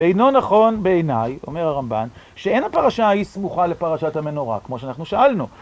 אינו נכון בעיניי, אומר הרמבן, שאין הפרשה ההיא סמוכה לפרשת המנורה, כמו שאנחנו שאלנו.